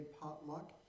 potluck